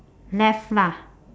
left lah